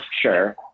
sure